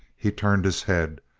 he turned his head.